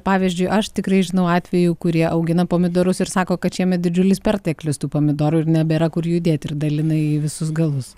pavyzdžiui aš tikrai žinau atvejų kurie augina pomidorus ir sako kad šiemet didžiulis perteklius tų pomidorų ir nebėra kur jų dėti ir dalina į visus galus